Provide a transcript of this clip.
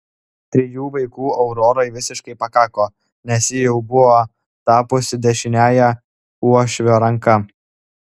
trijų vaikų aurorai visiškai pakako nes ji jau buvo tapusi dešiniąja uošvio ranka